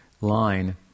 line